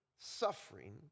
suffering